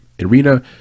arena